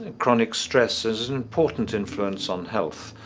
and chronic stress is an important influence on health.